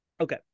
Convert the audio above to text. Okay